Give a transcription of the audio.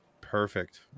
Perfect